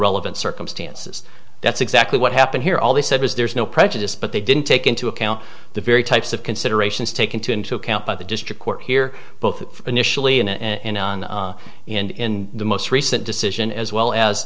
relevant circumstances that's exactly what happened here all they said was there's no prejudice but they didn't take into account the very types of considerations take into into account by the district court here both initially and in on in the most recent decision as well as